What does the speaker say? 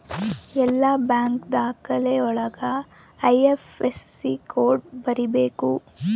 ಎಲ್ಲ ಬ್ಯಾಂಕ್ ದಾಖಲೆ ಒಳಗ ಐ.ಐಫ್.ಎಸ್.ಸಿ ಕೋಡ್ ಬರೀಬೇಕು